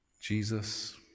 Jesus